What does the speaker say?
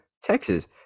Texas